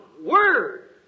Word